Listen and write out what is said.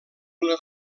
una